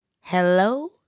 Hello